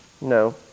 No